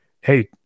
Hey